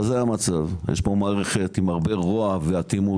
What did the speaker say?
אבל זה המצב, יש פה מערכת עם הרבה רוע ואטימות,